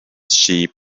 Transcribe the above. sheep